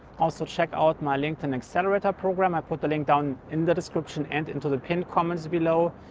also, check out my linkedin accelerator program. i put the link down in the description and into the pinned comment below.